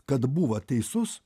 kad buvot teisus